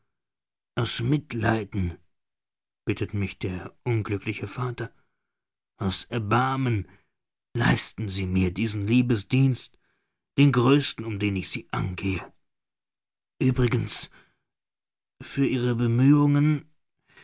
aus mitleiden bittet mich der unglückliche vater aus erbarmen leisten sie mir diesen liebesdienst den größten um den ich sie angehe übrigens für ihre bemühung